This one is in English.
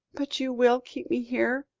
but you will keep me here?